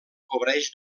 cobreix